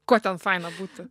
kuo ten faina būti